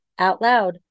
OUTLOUD